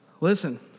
Listen